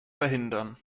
verhindern